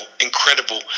incredible